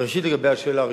ראשית, לגבי השאלה הראשונה,